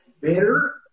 bitter